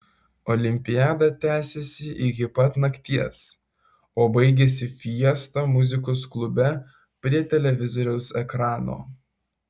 olimpiada tęsėsi iki pat nakties o baigėsi fiesta muzikos klube prie televizoriaus ekrano